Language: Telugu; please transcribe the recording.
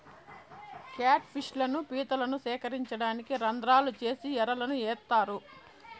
క్యాట్ ఫిష్ లను, పీతలను సేకరించడానికి రంద్రాలు చేసి ఎరలను ఏత్తారు